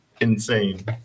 insane